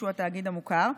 שהוא התאגיד המוכר,